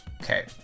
Okay